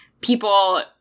people